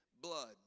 blood